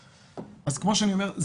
כמו שאני אומר,